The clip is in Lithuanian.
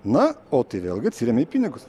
na o tai vėlgi atsiremia į pinigus